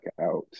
out